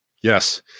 yes